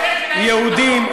יהודים,